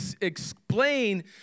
explain